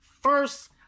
first